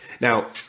now